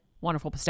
wonderful